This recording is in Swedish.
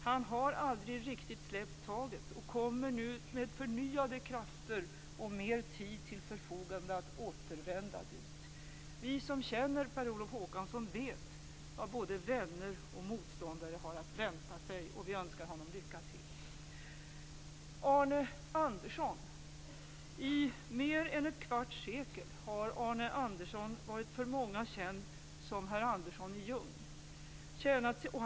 Han har aldrig riktigt släppt taget och kommer nu med förnyade krafter och mer tid till förfogande att återvända dit. Vi som känner Per Olof Håkansson vet vad vänner och motståndare har att vänta sig, och vi önskar honom lycka till! Arne Andersson: I mer än ett kvarts sekel har Arne Andersson varit för många känd som herr Andersson i Ljung.